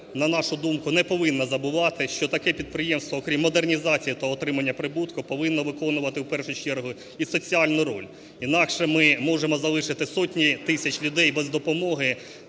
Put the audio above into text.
на нашу думку, не повинна забувати, що таке підприємство, окрім модернізації та отримання прибутку, повинно виконували в першу чергу і соціальну роль. Інакше ми можемо залишити сотні тисяч людей без допомоги